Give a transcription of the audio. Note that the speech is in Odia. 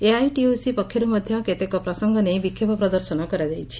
ଏଆଇଟିୟୁସି ପକ୍ଷରୁ ମଧ୍ଧ କେତେକ ପ୍ରସଙ୍ଗ ନେଇ ବିକ୍ଷୋଭ ପ୍ରଦର୍ଶନ କରାଯାଇଛି